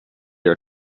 your